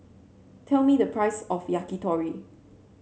tell me the price of Yakitori